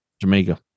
Jamaica